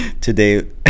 today